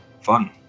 Fun